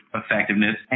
effectiveness